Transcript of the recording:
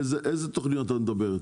על איזה תוכניות את מדברת?